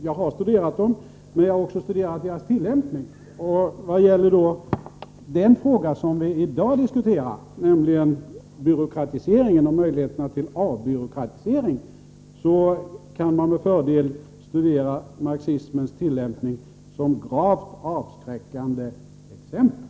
Jag har studerat marxismens principer, men jag har också studerat deras tillämpning, och vad då gäller den fråga som vi i dag diskuterar, nämligen byråkratiseringen och möjligheterna till avbyråkratisering, kan man med fördel studera marxismens tillämpning som gravt avskräckande exempel.